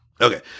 okay